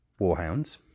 Warhounds